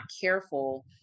careful